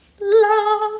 Love